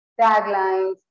taglines